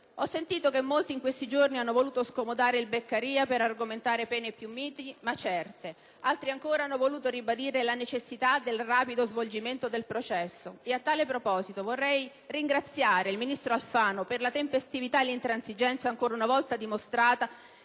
Ho sentito che molti, in questi giorni, hanno voluto scomodare Beccaria per argomentare pene più miti ma certe, altri ancora hanno voluto ribadire la necessità del rapido svolgimento del processo. A tale proposito, vorrei ringraziare il ministro Alfano per la tempestività e l'intransigenza ancora una volta dimostrate